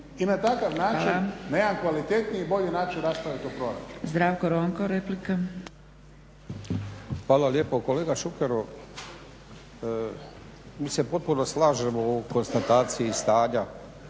i na takav način, na jedan kvalitetniji i bolji način rasprave to o proračunu.